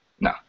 no